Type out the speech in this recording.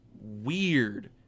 weird